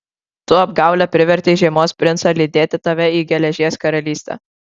tu apgaule privertei žiemos princą lydėti tave į geležies karalystę